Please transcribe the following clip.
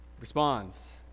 responds